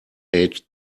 hate